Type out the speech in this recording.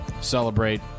celebrate